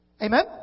Amen